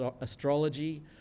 astrology